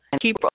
keep